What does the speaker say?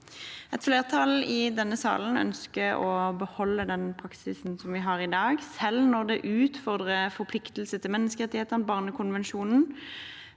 Et flertall i denne salen ønsker å beholde den praksisen vi har i dag, selv når det utfordrer forpliktelser til menneskerettighetene og barnekonvensjonen.